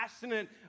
passionate